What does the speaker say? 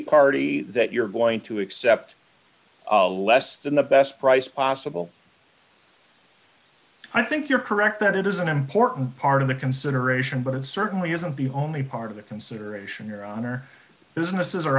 party that you're going to accept less than the best price possible i think you're correct that it is an important part of the consideration but it certainly isn't the only part of the consideration your honor businesses are